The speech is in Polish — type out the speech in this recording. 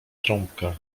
trąbka